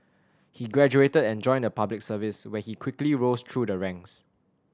he graduated and joined the Public Service where he quickly rose through the ranks